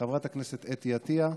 חברת הכנסת אתי עטייה,